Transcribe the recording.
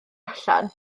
allan